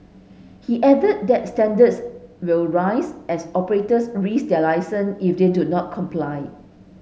he added that standards will rise as operators risk their licence if they do not comply